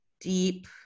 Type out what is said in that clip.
deep